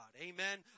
Amen